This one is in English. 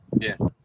yes